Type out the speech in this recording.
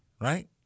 Right